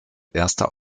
erster